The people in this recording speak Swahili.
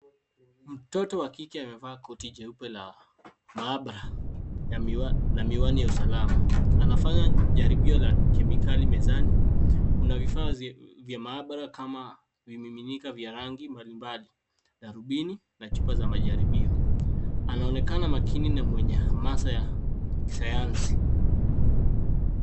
Mtoto wa kike amevaa loti jeupe la maabara na miwani ya usalama. Anafanya jaribio la kemikali mezani. Kuna vifaa vya maabara kama vimiminika vya rangi mbalimbali, darubini na chupa za majaribio. Anaonekana makini na mwenye hamasa ya kisayansi.